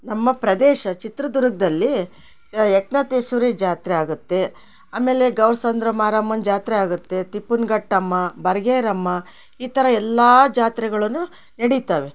ನಮ್ಮ ಪ್ರದೇಶ ಚಿತ್ರದುರ್ಗದಲ್ಲಿ ಏಕನಾಥೇಶ್ವರ ಜಾತ್ರೆ ಆಗತ್ತೆ ಆಮೇಲೇ ಗೌರ್ಸಂದ್ರ ಮಾರಮ್ಮನ ಜಾತ್ರೆ ಆಗತ್ತೆ ತಿಪ್ಪುನ್ಗಟ್ಟಮ್ಮ ಬರ್ಗೇರಮ್ಮ ಈ ಥರ ಎಲ್ಲಾ ಜಾತ್ರೆಗಳುನು ನಡೀತಾವೆ